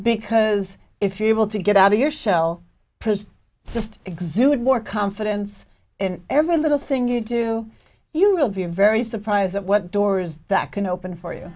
because if you will to get out of your shell just exude more confidence in every little thing you do you will be very surprised at what doors that can open for you